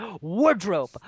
Wardrobe